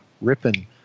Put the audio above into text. ripping